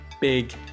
Big